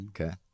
okay